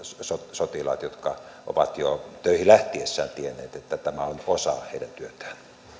sotilaat jotka ovat jo töihin lähtiessään tienneet että tämä on osa heidän työtään